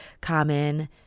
common